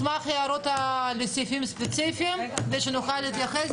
מסמך הערות לסעיפים ספציפיים כדי שנוכל להתייחס.